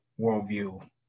worldview